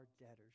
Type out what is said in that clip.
debtors